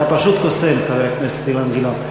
אתה פשוט קוסם, חבר הכנסת אילן גילאון.